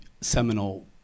seminal